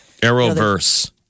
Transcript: Arrowverse